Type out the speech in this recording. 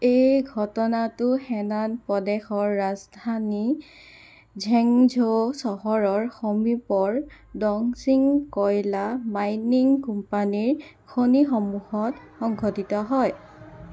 এই ঘটনাটো হেনান প্ৰদেশৰ ৰাজধানী ঝেংঝৌ চহৰৰ সমীপৰ ডংছিং কয়লা মাইনিং কোম্পানীৰ খনিসমূহত সংঘটিত হয়